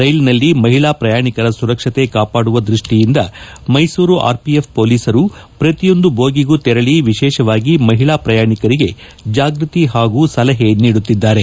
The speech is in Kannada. ರೈಲಿನಲ್ಲಿ ಮಹಿಳಾ ಪ್ರಯಾಣಿಕರ ಸುರಕ್ಷತೆ ಕಾಪಾಡುವ ದೃಷ್ಟಿಯಿಂದ ಮೈಸೂರು ಆರ್ಪಿಎಫ್ ಪೊಲೀಸರು ಪ್ರತಿಯೊಂದು ಬೋಗಿಗಳಿಗೂ ತೆರಳಿ ವಿಶೇಷವಾಗಿ ಮಹಿಳಾ ಪ್ರಯಾಣಿಕರಿಗೆ ಜಾಗೃತಿ ಹಾಗೂ ಸಲಹೆ ನೀಡುತ್ತಿದ್ದಾರೆ